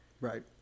Right